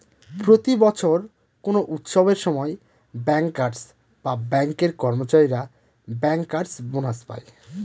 প্রতি বছর কোনো উৎসবের সময় ব্যাঙ্কার্স বা ব্যাঙ্কের কর্মচারীরা ব্যাঙ্কার্স বোনাস পায়